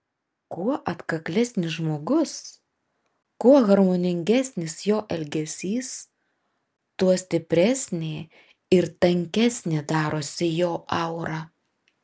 kuo atkaklesnis žmogus kuo harmoningesnis jo elgesys tuo stipresnė ir tankesnė darosi jo aura